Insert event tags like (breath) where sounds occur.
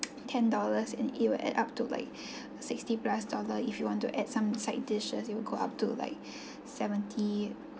(noise) ten dollars and it will add up to like (breath) sixty plus dollar if you want to add some side dishes it would go up to like (breath) seventy